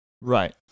Right